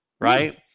right